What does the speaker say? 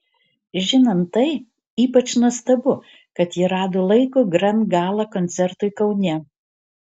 žinant tai ypač nuostabu kad ji rado laiko grand gala koncertui kaune